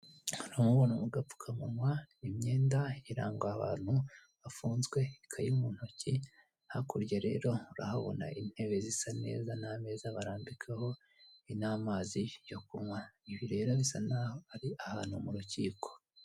Uramubona mu gapfukamunwa, imyenda iranga abantu bafunzwe ikayi mu ntoki hakurya rero urahabona intebe zisa neza n'ameza barambikaho n'amazi yo kunywa ibi rero bisa nk'aho ari mu rukiko.